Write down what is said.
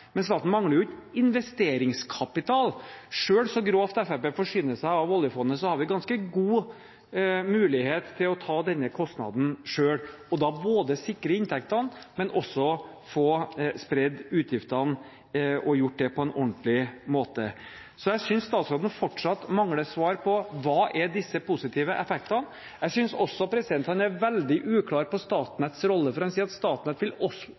Men staten mangler jo ikke investeringskapital – selv så grovt som Fremskrittspartiet forsyner seg av oljefondet, har vi ganske god mulighet til å ta denne kostnaden selv og slik både sikre inntektene og få spredt utgiftene og gjort det på en ordentlig måte. Jeg synes statsråden fortsatt mangler svar på hva disse positive effektene er. Jeg synes også han er veldig uklar når det gjelder Statnetts rolle, for han sier at Statnett fortsatt vil